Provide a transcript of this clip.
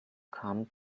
come